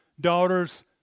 daughter's